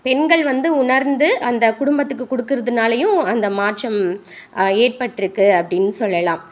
பெண்கள் வந்து உணர்ந்து அந்த குடும்பத்துக்கு கொடுக்குறதுனாலயும் அந்த மாற்றம் ஏற்பட்டிருக்கு அப்படின்னு சொல்லலாம்